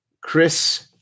Chris